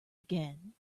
again